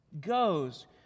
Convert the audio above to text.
goes